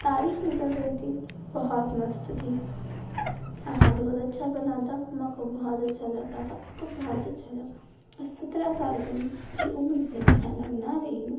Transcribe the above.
तारीफ निकल रही थी बहुत मस्त थी खाना बहुत अच्छा बना था मम्मा को बहोत अच्छा लगा पापा को बहुत अच्छा लगा इस सत्रह साल से की उम्र से मैं खाना बना रही हूँ